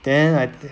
then I